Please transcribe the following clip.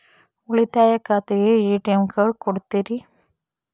ಉಳಿತಾಯ ಖಾತೆಗೆ ATM card ಕೊಡ್ತೇರಿ?